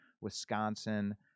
Wisconsin